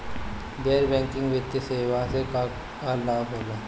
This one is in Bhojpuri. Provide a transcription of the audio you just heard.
गैर बैंकिंग वित्तीय सेवाएं से का का लाभ होला?